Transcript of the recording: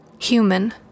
human